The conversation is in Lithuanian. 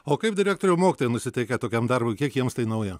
o kaip direktoriau mokytojai nusiteikę tokiam darbui kiek jiems tai nauja